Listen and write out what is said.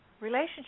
relationship